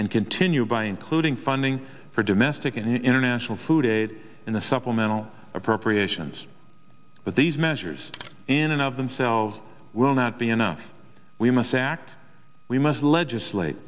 and continue by including funding for domestic and international food aid in the supplemental appropriations but these measures in and of themselves will not be enough we must act we must legislate